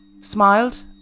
smiled